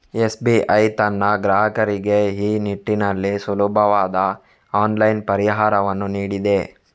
SBI ತನ್ನ ಗ್ರಾಹಕರಿಗೆ ಈ ನಿಟ್ಟಿನಲ್ಲಿ ಸುಲಭವಾದ ಆನ್ಲೈನ್ ಪರಿಹಾರವನ್ನು ನೀಡಿದೆ